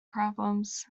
problems